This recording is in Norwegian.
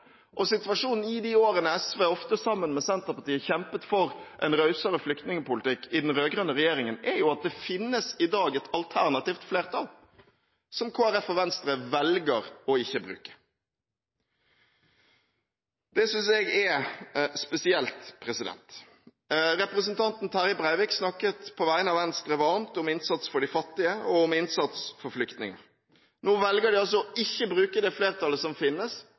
og situasjonen i de årene SV, ofte sammen med Senterpartiet, kjempet for en rausere flyktningpolitikk i den rød-grønne regjeringen, er at det finnes i dag et alternativt flertall, som Kristelig Folkeparti og Venstre ikke velger å bruke. Det synes jeg er spesielt. Representanten Terje Breivik snakket på vegne av Venstre varmt om innsats for de fattige og om innsats for flyktninger. Nå velger de altså ikke å bruke det flertallet som finnes